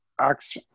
acts